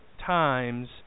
times